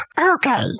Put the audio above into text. Okay